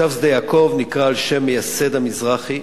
מושב שדה-יעקב נקרא על שם מייסד "המזרחי",